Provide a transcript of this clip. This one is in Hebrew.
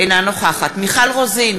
אינה נוכחת מיכל רוזין,